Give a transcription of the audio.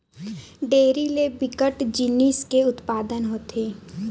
dairy ले बिकट जिनिस के उत्पादन होथे